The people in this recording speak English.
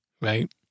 right